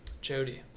Jody